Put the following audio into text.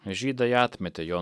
žydai atmetė jo